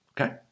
okay